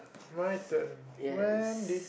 my turn when did